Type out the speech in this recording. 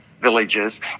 villages